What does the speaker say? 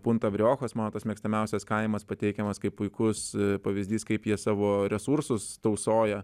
puntavriochos mano tas mėgstamiausias kaimas pateikiamas kaip puikus pavyzdys kaip jie savo resursus tausoja